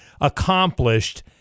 accomplished